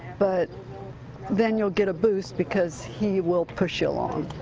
but then you will get a boost because he will push you along.